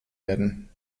werden